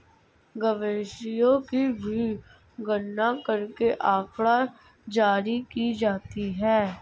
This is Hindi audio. मवेशियों की भी गणना करके आँकड़ा जारी की जाती है